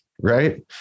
right